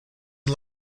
and